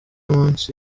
munsi